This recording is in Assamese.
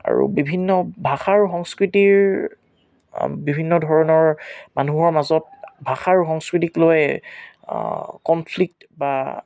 আৰু বিভিন্ন ভাষা আৰু সংস্কৃতিৰ বিভিন্ন ধৰণৰ মানুহৰ মাজত ভাষা আৰু সংস্কৃতিক লৈয়ে কনফ্লিক্ট বা